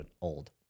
old